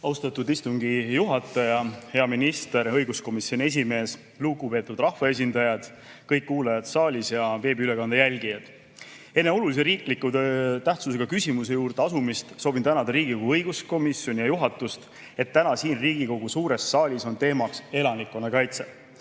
Austatud istungi juhataja! Hea minister! Õiguskomisjoni esimees! Lugupeetud rahvaesindajad! Kõik kuulajad saalis ja veebiülekande jälgijad! Enne olulise tähtsusega riikliku küsimuse juurde asumist soovin tänada Riigikogu õiguskomisjoni ja juhatust, et täna siin Riigikogu suures saalis on teemaks elanikkonnakaitse.